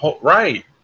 right